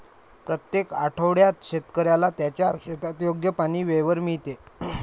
प्रत्येक आठवड्यात शेतकऱ्याला त्याच्या शेतात योग्य पाणी वेळेवर मिळते